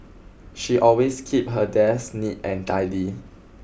she always keep her desk neat and tidy